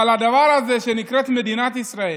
אבל הדבר הזה שנקרא מדינת ישראל,